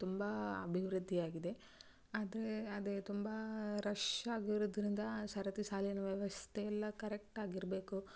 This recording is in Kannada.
ತುಂಬ ಅಭಿವೃದ್ದಿಯಾಗಿದೆ ಆದರೆ ಅದೇ ತುಂಬ ರಶ್ ಆಗಿರೋದ್ರಿಂದ ಸರತಿ ಸಾಲಿನ ವ್ಯವಸ್ಥೆ ಎಲ್ಲಾ ಕರೆಕ್ಟಾಗಿ ಇರಬೇಕು